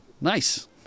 Nice